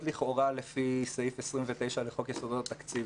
לכאורה לפי סעיף 29 לחוק יסודות התקציב".